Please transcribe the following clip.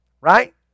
Right